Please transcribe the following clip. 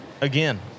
again